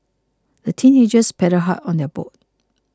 the teenagers paddled hard on their boat